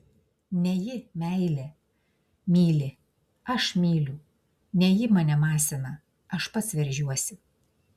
ne ji meilė myli aš myliu ne ji mane masina aš pats veržiuosi